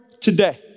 today